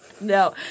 No